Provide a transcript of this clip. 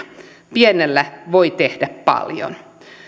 pienellä voi tehdä paljon